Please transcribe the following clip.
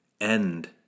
end